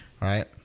Right